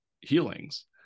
healings